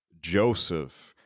Joseph